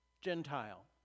gentile